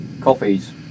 coffees